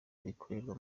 bikorerwa